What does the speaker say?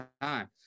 time